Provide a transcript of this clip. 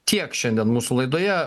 tiek šiandien mūsų laidoje